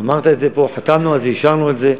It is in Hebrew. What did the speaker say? אמרת את זה פה, חתמנו על זה, אישרנו את זה.